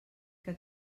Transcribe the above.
que